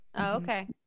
okay